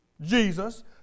Jesus